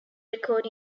record